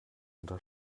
unter